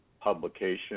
Publication